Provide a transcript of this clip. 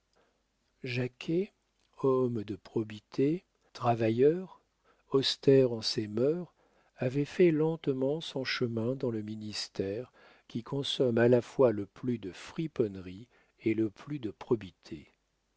jacquet homme de probité travailleur austère en ses mœurs avait fait lentement son chemin dans le ministère qui consomme à la fois le plus de friponnerie et le plus de probité